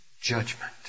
judgment